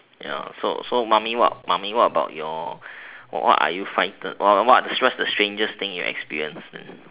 ya so so mummy what mummy what about your what are you frightened or what what's the strangest thing you've experienced